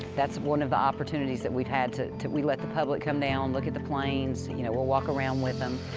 that's one of the opportunities that we've had that we let the public come down, look at the planes, you know, we'll walk around with them,